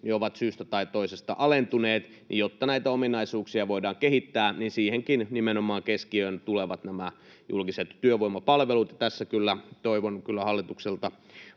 ovat syystä tai toisesta alentuneet. Jotta näitä ominaisuuksia voidaan kehittää, keskiöön tulevat nimenomaan nämä julkiset työvoimapalvelut. Tässä kyllä toivon hallitukselle